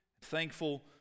thankful